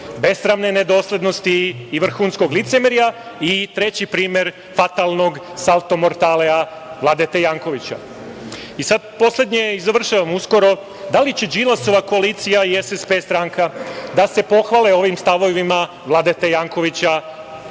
besramne nedoslednosti i vrhunskog licemerja i treći primer fatalnog salto mortalea Vladete Jankovića. Poslednje i završavam uskoro. Da li će Đilasova koalicija i SSP stranka da se pohvale ovim stavovima Vladete Jankovića